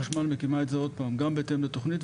חברת החשמל מקימה את זה גם בהתאם לתכנית,